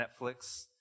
Netflix